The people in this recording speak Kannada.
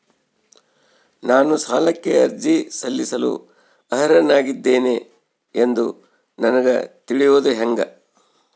ನಾನು ಸಾಲಕ್ಕೆ ಅರ್ಜಿ ಸಲ್ಲಿಸಲು ಅರ್ಹನಾಗಿದ್ದೇನೆ ಎಂದು ನನಗ ತಿಳಿಯುವುದು ಹೆಂಗ?